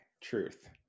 Truth